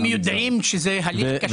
הם יודעים שזה הליך קשה.